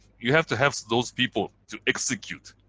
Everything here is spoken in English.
you have to have those people to execute.